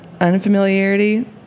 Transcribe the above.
Unfamiliarity